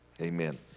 Amen